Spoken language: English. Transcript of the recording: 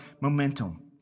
momentum